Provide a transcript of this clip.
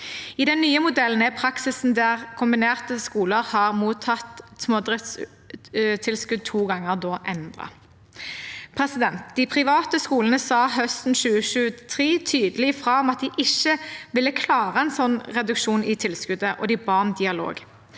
I den nye modellen er praksisen der kombinerte skoler har mottatt smådriftstilskudd to ganger, endret. De private skolene sa høsten 2023 tydelig fra om at de ikke ville klare en sånn reduksjon i tilskuddet, og de ba om dialog.